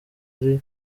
ari